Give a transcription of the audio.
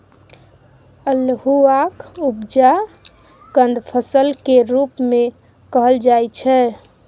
अल्हुआक उपजा कंद फसल केर रूप मे कएल जाइ छै